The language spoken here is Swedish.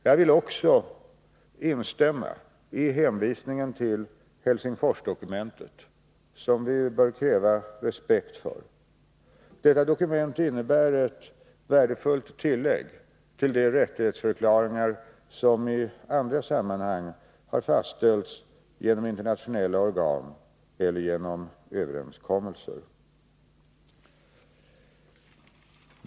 Jag vill också instämma i hänvisningen till Helsingforsdokumentet, som vi bör kräva respekt för. Detta dokument innebär ett värdefullt tillägg till de rättighetsförklaringar som i andra sammanhang har fastställts genom internationella organ eller genom överenskommelser.